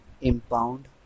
Impound